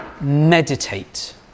meditate